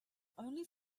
only